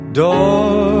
door